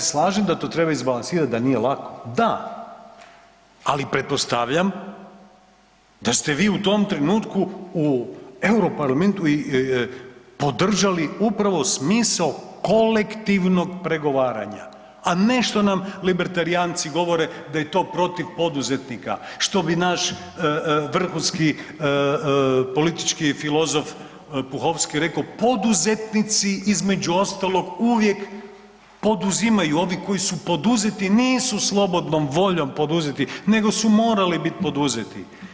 Ja se slažem da to treba izbalansirat, da nije lako, da, ali pretpostavljam da ste vi u tom trenutku u Euro parlamentu i podržali upravo smisao kolektivnog pregovaranja a ne što nam libertarijanci govore da je to protiv poduzetnika, što bi naš vrhunski politički filozof Puhovski rekao, poduzetnici između ostalog uvijek poduzimaju, ovi koji su poduzeti, nisu slobodnom voljom poduzeti nego su morali biti poduzeti.